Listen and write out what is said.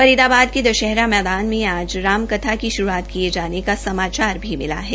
फरीदाबाद के दशहरा मैदान में आज राम कथा की शुरूआत किए जाने का समाचार भी मिला है